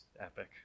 Epic